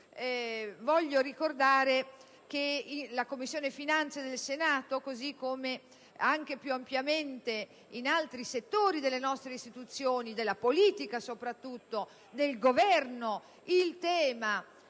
voglio ricordare che, sia nella Commissione finanze del Senato, sia - anche più ampiamente - in altri settori delle nostre istituzioni, della politica e del Governo, il tema